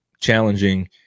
challenging